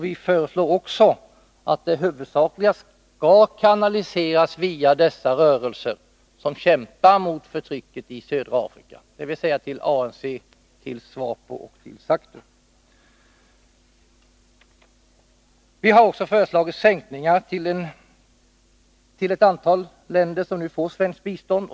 Vi hävdar därtill att det huvudsakligen skall kanaliseras via de befrielserörelser som kämpar mot förtrycket i södra Afrika, dvs. ANC, SWAPO och SACTU. Vi föreslår även sänkningar av biståndet till ett antal länder som nu får svenskt bistånd.